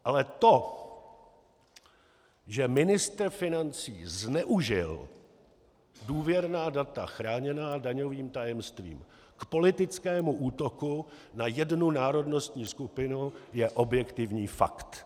Ale to, že ministr financí zneužil důvěrná data chráněná daňovým tajemstvím k politickému útoku na jednu národnostní skupinu, je objektivní fakt.